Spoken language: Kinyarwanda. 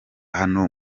hano